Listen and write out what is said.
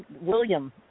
William